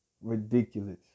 ridiculous